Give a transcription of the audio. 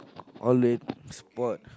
all that sport